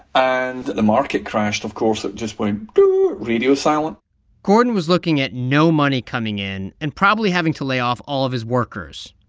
and the market crashed, of course. it just went radio silent gordon was looking at no money coming in and probably having to lay off all of his workers.